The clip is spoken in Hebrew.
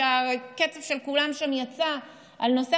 שהקצף של כולם יצא עליו,